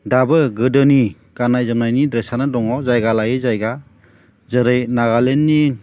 दाबो गोदोनि गाननाय जोमनायनि ड्रेसानो दङ जायगा लायै जायगा जेरै नागालेण्डनि